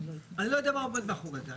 אני לא מבין מה עומד מאחורי זה.